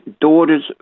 daughters